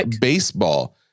baseball